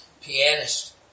Pianist